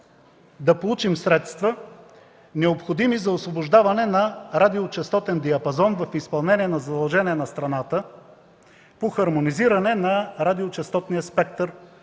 да получим средства, необходими за освобождаване на радиочестотен диапазон в изпълнение на задължения на страната по хармонизиране на радиочестотния спектър,